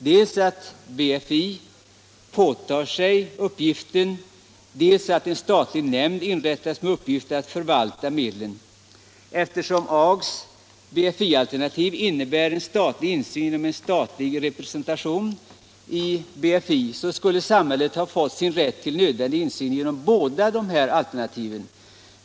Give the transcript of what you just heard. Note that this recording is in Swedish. Dels att BFI påtar sig uppgiften, dels att en statlig nämnd inrättas med uppgift att förvalta medlen. Eftersom Ags BFI-alternativ innebär statlig insyn genom en statlig representant i BFI skulle samhället fått sin rätt till nödvändig insyn genom båda alternativen.